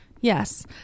Yes